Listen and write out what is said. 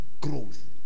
growth